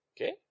Okay